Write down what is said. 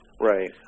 Right